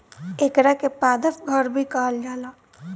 एकरा के पादप घर भी कहल जाला